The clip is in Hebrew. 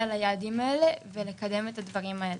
ליעדים האלה ולקדם את הדברים האלה.